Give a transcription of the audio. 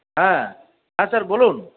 হ্যাঁ হ্যাঁ স্যার বলুন